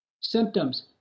symptoms